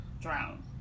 drown